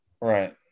Right